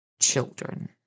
Children